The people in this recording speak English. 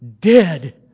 dead